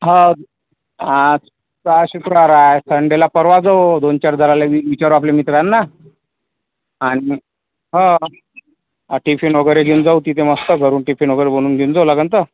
हो आजचा शुक्रवार आहे संडेला परवा जाऊ दोन चार जराले वि विचारू आपले मित्रांना आणि हो टिफिन वगैरे घेऊन जाऊ तिथे मस्त घरून टिफिन वगैरे बनवून घेऊन जाऊ लागेल तर